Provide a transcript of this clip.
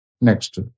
Next